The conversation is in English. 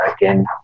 again